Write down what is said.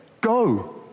go